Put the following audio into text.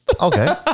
Okay